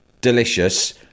delicious